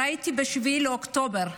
ראיתי ב-7 באוקטובר,